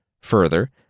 Further